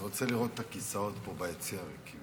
אני רוצה לראות את הכיסאות פה ביציע ריקים.